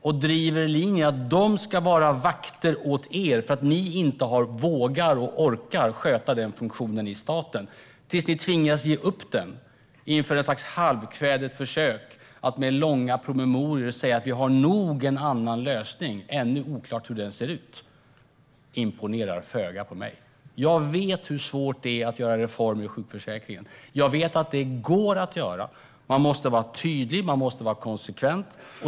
Ni driver linjen att de ska vara vakter åt er eftersom ni inte vågar eller orkar sköta den funktionen i staten - tills ni tvingas ge upp detta i ett slags halvkvädet försök att med långa promemorior säga att vi nog har en annan lösning - ännu oklart hur den ser ut. Detta imponerar föga på mig. Jag vet hur svårt det är att göra reformer i sjukförsäkringen. Jag vet att det ändå går att göra det. Man måste vara tydlig, och man måste vara konsekvent.